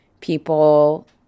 people